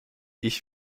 ich